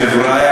חבריא,